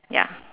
ya